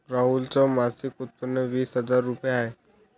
राहुल च मासिक उत्पन्न वीस हजार रुपये आहे